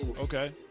Okay